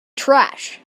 trash